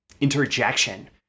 interjection